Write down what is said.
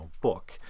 book